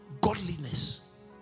Godliness